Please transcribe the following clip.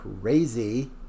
crazy